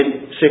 six